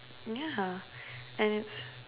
yeah and it's